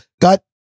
got